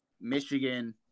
Michigan